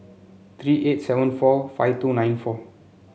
three eight seven four five two nine four